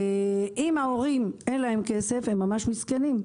אם ההורים אין להם כסף, הם ממש מסכנים.